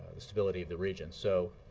the stability of the region. so